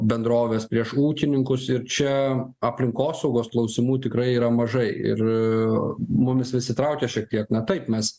bendrovės prieš ūkininkus ir čia aplinkosaugos klausimų tikrai yra mažai ir mumis visi traukė šiek tiek na taip mes